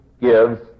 gives